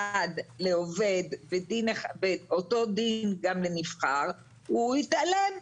לעובד ואותו דין גם לנבחר הוא התעלם,